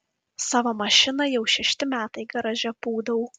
savo mašiną jau šešti metai garaže pūdau